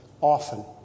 often